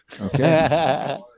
Okay